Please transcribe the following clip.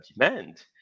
demand